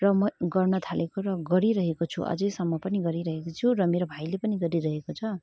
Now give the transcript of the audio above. र म गर्न थालेको र गरिरहेको छु अझैसम्म पनि गरिरहेकी छु र भाइले पनि गरिरहेको छ